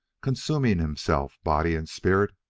consuming himself, body and spirit,